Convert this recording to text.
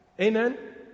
Amen